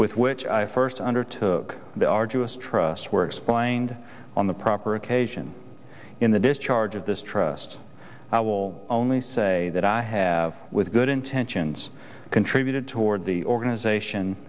with which i first undertook the arduous trust were explained on the proper occasion in the discharge of this trust i will only say that i have with good intentions contributed toward the organization